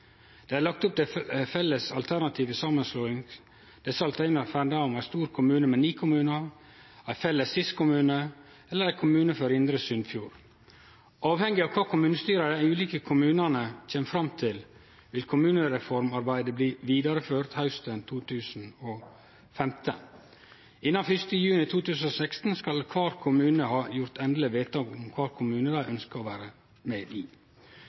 Det er lagt opp til fleire samanslåingsalternativ. Desse alternativa femnar om ein stor kommune med ni kommunar, ein felles SiS-kommune eller ein kommune for indre Sunnfjord. Avhengig av kva kommunestyra i dei ulike kommunane kjem fram til, vil kommunereformarbeidet bli vidareført hausten 2015. Innan 1. juni 2016 skal kvar kommune ha gjort endeleg vedtak om kva kommune dei ønskjer å vere med i.